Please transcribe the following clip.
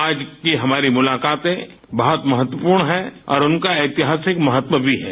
आज की हमारी मुलाकातें बहुत महत्वपूर्ण है और उनका ऐतिहासिक महत्व भी है